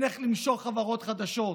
אין איך למשוך חברות חדשות,